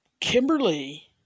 Kimberly